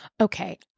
okay